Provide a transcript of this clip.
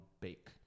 bake